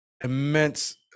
immense